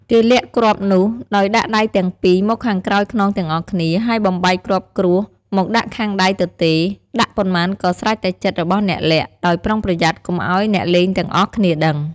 គេលាក់គ្រាប់នោះ ដោយដាក់ដៃទាំង ២ មកខាងក្រោយខ្នងទាំងអស់គ្នា ហើយបំបែកគ្រាប់គ្រួសមកដាក់ខាងដៃទទេ ដាក់ប៉ុន្មានក៏ស្រេចតែចិត្តរបស់អ្នកលាក់ ដោយប្រុងប្រយ័ត្នកុំឲ្យអ្នកលេងទាំងអស់គ្នាដឹង។